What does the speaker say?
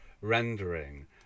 rendering